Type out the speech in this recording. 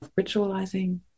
ritualizing